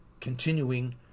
continuing